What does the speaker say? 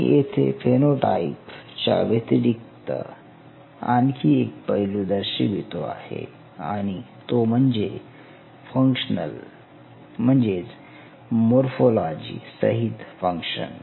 मी येथे फेनोटाइप च्या व्यतिरिक्त आणखी एक पैलू दर्शवितो आहे आणि तो म्हणजे फंक्शनल म्हणजेच मोर्फोलॉजी सहित फंक्शन